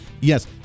Yes